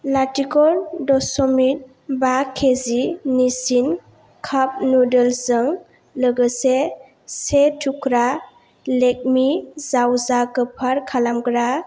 लाथिख' दश'मिक बा किजि मेसिं काप नुदोल्सजों लोगोसे से थुख्रा लेकमि जावजा गोफार खालामग्रा